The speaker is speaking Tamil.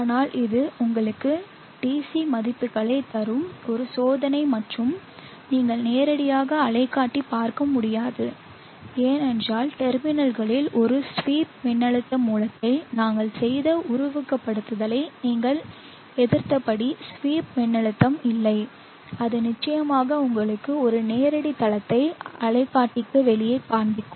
ஆனால் இது உங்களுக்கு DC மதிப்புகளைத் தரும் ஒரு சோதனை மற்றும் நீங்கள் நேரடியாக அலைக்காட்டி பார்க்க முடியாது ஏனென்றால் டெர்மினல்களில் ஒரு ஸ்வீப் மின்னழுத்த மூலத்தை நாங்கள் செய்த உருவகப்படுத்துதலை நீங்கள் எதிர்பார்த்தபடி ஸ்வீப் மின்னழுத்தம் இல்லை அது நிச்சயமாக உங்களுக்கு ஒரு நேரடி தரத்தை அலைக்காட்டிக்கு வெளியே காண்பிக்கும்